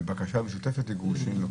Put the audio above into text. בקשה משותפת לגירושין.